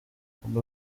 ubwo